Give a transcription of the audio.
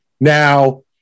Now